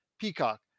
Peacock